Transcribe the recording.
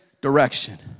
direction